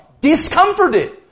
discomforted